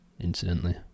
incidentally